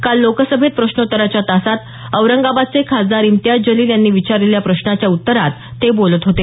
काल लोकसभेत प्रश्नोत्तराच्या तासात औरंगाबादचे खासदार इम्तियाज जलील यांनी विचारलेल्या प्रश्नाच्या उत्तरात ते बोलत होते